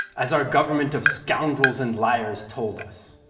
as our government of scoundrels and liars told us.